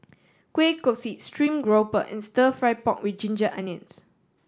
kueh kosui stream grouper and Stir Fry pork with ginger onions